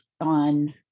on